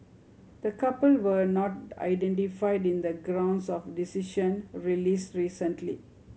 the couple were not identified in the grounds of decision released recently